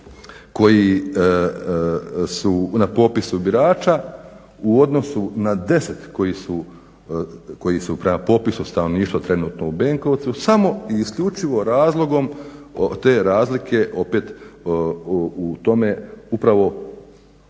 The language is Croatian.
koji su na popisu birača u odnosu na 10 koji su prema popisu stanovništva trenutno u Benkovcu samo i isključivo razlogom te razlike opet u tome upravo,